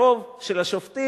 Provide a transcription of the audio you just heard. ברוב של השופטים,